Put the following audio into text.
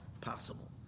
possible